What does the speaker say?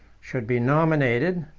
should be nominated